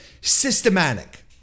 systematic